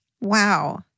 wow